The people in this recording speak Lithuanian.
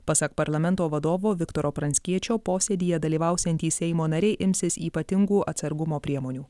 pasak parlamento vadovo viktoro pranckiečio posėdyje dalyvausiantys seimo nariai imsis ypatingų atsargumo priemonių